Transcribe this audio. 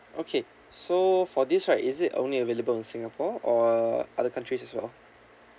okay so for this right is it only available in singapore or other countries as well